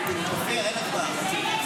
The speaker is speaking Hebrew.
אין הצבעה?